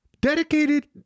Dedicated